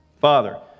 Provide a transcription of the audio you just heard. Father